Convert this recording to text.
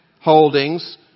holdings